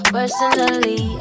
Personally